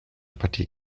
partikel